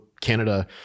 Canada